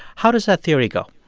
how does that theory go?